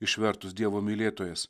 išvertus dievo mylėtojas